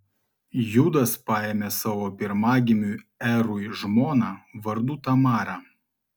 judas paėmė savo pirmagimiui erui žmoną vardu tamara